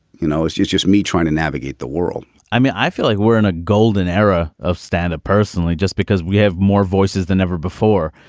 you know it's just just me trying to navigate the world i mean i feel like we're in a golden era of standup personally just because we have more voices than ever before.